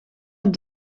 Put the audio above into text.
het